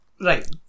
Right